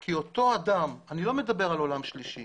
כי אותו אדם אני לא מדבר על עולם שלישי